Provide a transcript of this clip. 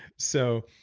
so,